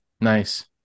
Nice